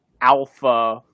Alpha